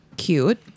Cute